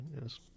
Yes